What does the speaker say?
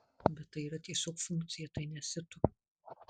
bet tai yra tiesiog funkcija tai nesi tu